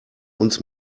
uns